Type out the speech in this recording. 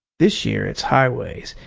this year it's highways,